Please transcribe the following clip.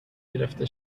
گرفته